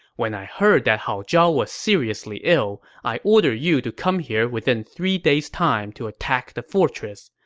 when i heard that hao zhao was seriously ill, i ordered you to come here within three days' time to attack the fortress.